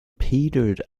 petered